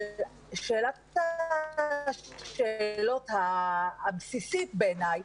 אבל שאלת השאלות הבסיסית בעיניי,